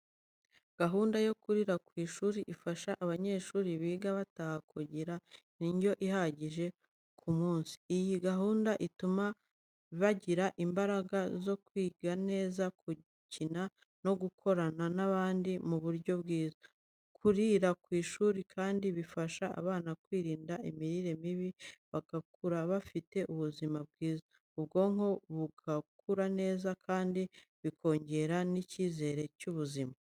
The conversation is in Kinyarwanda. Gahunda yo kurira ku ishuri ifasha abanyeshuri biga bataha kugira indyo ihagije ku munsi. Iyi gahunda ituma bagira imbaraga zo kwiga neza, gukina no gukorana n’abandi mu buryo bwiza. Kurira ku ishuri kandi bifasha abana kwirinda imirire mibi, bagakura bafite ubuzima bwiza, ubwonko bugakura neza, kandi bikongera n’icyizere cy’ubuzima.